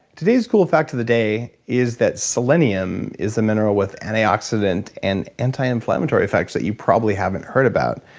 today's cool fact of the day is that selenium is a mineral with antioxidant and anti-inflammatory effects that you probably haven't heard about.